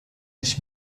ich